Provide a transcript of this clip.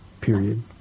period